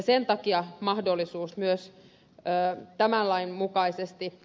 sen takia mahdollisuus tämän lain mukaisesti